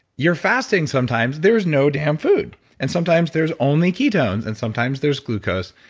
you're fasting sometimes, there was no damn food and sometimes there's only ketones, and sometimes there's glucose.